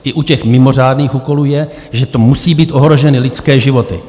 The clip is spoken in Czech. I u těch mimořádných úkolů je, že tu musí být ohroženy lidské životy.